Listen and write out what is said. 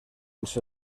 els